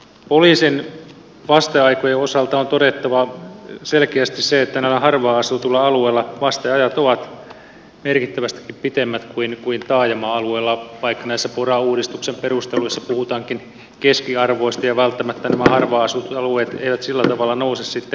poliisin vasteaikojen osalta on todettava selkeästi se että näillä harvaan asutuilla alueilla vasteajat ovat merkittävästikin pitemmät kuin taajama alueilla vaikka näissä pora uudistuksen perusteluissa puhutaankin keskiarvoista ja välttämättä nämä harvaan asutut alueet eivät sillä tavalla nouse sitten esille